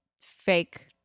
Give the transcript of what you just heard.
fake